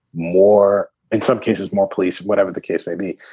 more in some cases, more police, whatever the case may be.